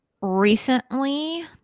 recently